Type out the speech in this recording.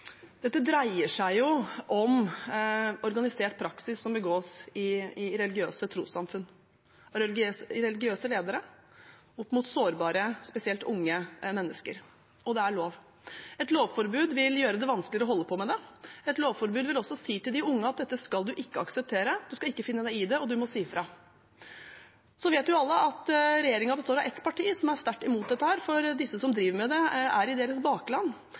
Dette dreier seg om organisert praksis som begås i religiøse trossamfunn av religiøse ledere overfor sårbare, spesielt unge, mennesker. Og det er lov. Et lovforbud vil gjøre det vanskeligere å holde på med det. Et lovforbud vil også si til de unge at dette skal du ikke akseptere, du skal ikke finne deg i det, og du må si fra. Så vet jo alle at regjeringen består av ett parti som er sterkt imot dette, for disse som driver med det, er i deres bakland.